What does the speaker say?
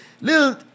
little